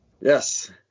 Yes